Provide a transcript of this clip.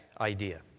idea